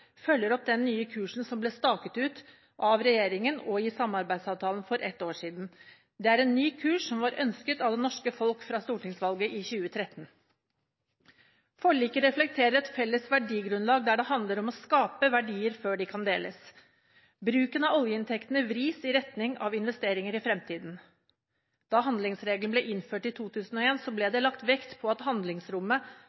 følger opp den nye kursen som ble staket ut av regjeringen og i samarbeidsavtalen for ett år siden. Det er en ny kurs som var ønsket av det norske folk ut fra stortingsvalget i 2013. Forliket reflekterer et felles verdigrunnlag der det handler om å skape verdier før de kan deles. Bruken av oljeinntektene vris i retning av investeringer i fremtiden. Da handlingsregelen ble innført i 2001, ble